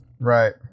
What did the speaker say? right